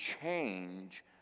change